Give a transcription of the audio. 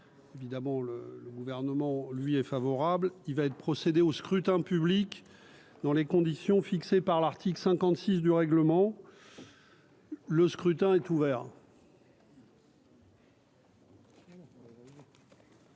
évidemment, le gouvernement lui est favorable, il va être procédé au scrutin public dans les conditions fixées par l'article 56 du règlement, le scrutin est ouvert.